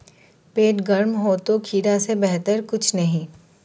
पेट गर्म हो तो खीरा से बेहतर कुछ नहीं